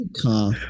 car